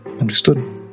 Understood